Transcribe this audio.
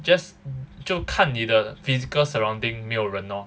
just 就看你的 physical surrounding 没有人 lor